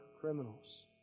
criminals